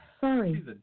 Sorry